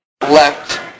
left